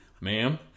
ma'am